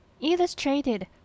Illustrated